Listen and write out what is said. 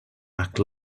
act